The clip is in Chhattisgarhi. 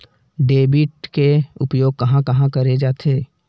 डेबिट के उपयोग कहां कहा करे जाथे?